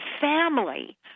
family